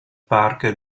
park